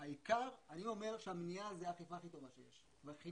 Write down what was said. אני אומר שהמניעה זה האכיפה הכי טובה שיש, החינוך,